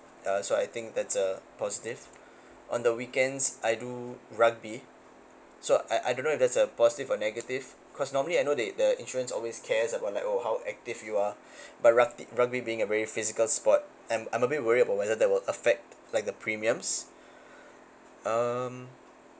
uh so I think that's a positive on the weekends I do rugby so I I don't know if that's a positive or negative cause normally I know they the insurance always cares about like oh how active you are but rugby rugby being a very physical sport I'm I'm a bit worried whether that will affect like the premiums um